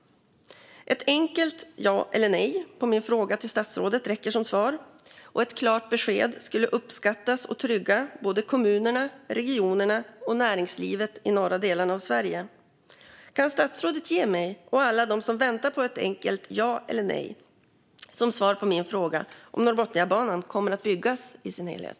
Ett enkelt ja eller nej på min fråga räcker som svar från statsrådet. Ett klart besked skulle uppskattas och trygga både kommunerna, regionerna och näringslivet i de norra delarna av Sverige. Kan statsrådet ge mig och alla som väntar på svar ett enkelt ja eller nej som svar på min fråga? Kommer Norrbotniabanan att byggas i sin helhet?